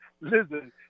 listen